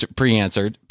pre-answered